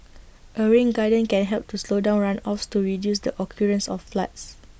A rain garden can help to slow down runoffs to reduce the occurrence of floods